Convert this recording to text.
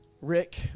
Rick